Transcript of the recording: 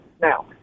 Now